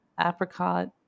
apricot